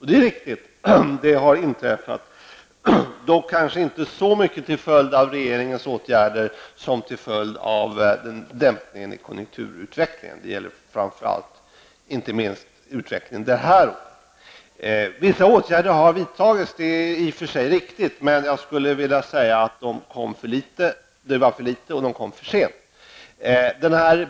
Det är riktigt att detta har inträffat, dock kanske inte så mycket till följd av regeringens åtgärder som till följd av dämpningen i konjunkturutvecklingen, och det gäller inte minst utvecklingen under detta år. Det är i och för sig riktigt att vissa åtgärder har vidtagits. Men det var för litet, och det kom för sent.